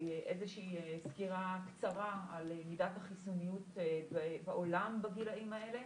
איזושהי סקירה קצרה על מידת החיסוניות בעולם בגילאים האלה